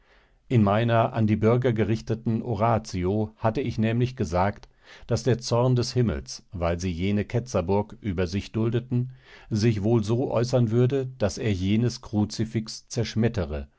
in meiner an die bürger gerichteten oratio hatte ich nämlich gesagt daß der zorn des himmels weil sie jene ketzerburg über sich duldeten sich wohl so äußern würde daß er jenes kruzifix zerschmettere